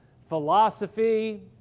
philosophy